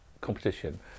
competition